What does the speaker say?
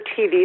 TV